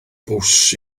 bws